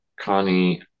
Connie